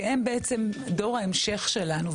כי הם בעצם דור ההמשך שלנו,